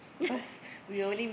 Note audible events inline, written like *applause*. *laughs*